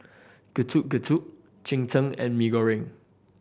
Getuk Getuk cheng tng and Mee Goreng